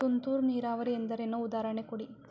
ತುಂತುರು ನೀರಾವರಿ ಎಂದರೇನು, ಉದಾಹರಣೆ ಕೊಡಿ?